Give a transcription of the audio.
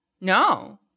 No